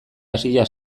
hasia